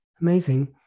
Amazing